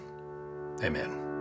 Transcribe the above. amen